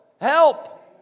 help